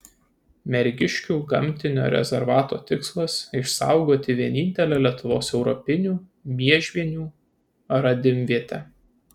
mergiškių gamtinio rezervato tikslas išsaugoti vienintelę lietuvoje europinių miežvienių radimvietę